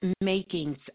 makings